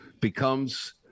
becomes